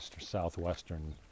southwestern